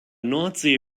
nordsee